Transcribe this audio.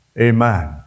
Amen